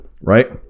Right